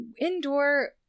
indoor